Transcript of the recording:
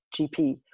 gp